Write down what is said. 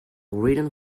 written